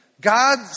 God